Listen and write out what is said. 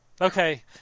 Okay